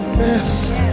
best